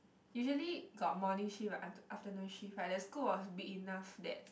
usually got morning shift right afternoon shift right the school was big enough that